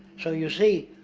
so you see,